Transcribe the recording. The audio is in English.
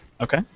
Okay